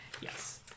yes